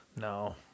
no